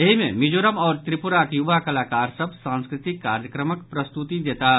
एहि मे मिजोरम आओर त्रिपुराक युवा कलाकार सभ सांस्कृतिक कार्यक्रमक प्रस्तुति देताह